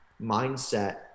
mindset